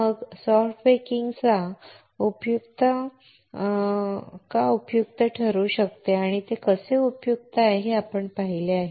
मग मऊ बेकिंग का उपयुक्त ठरू शकते आणि ते कसे उपयुक्त आहे हे आपण पाहिले आहे